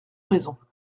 raison